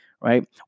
right